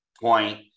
point